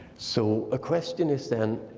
so a question is then,